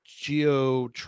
geo